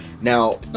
Now